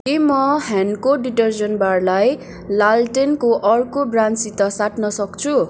के म हेन्को डिटर्जेन्ट बारलाई लालटेनको अर्को ब्रान्डसित साट्न सक्छु